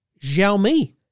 Xiaomi